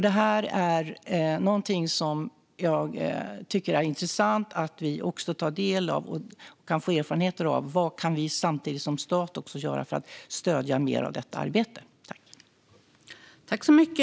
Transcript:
Detta är någonting som jag tycker att det är intressant att ta del av och få erfarenheter av, för att se vad vi som stat samtidigt kan göra för att stödja mer av detta arbete.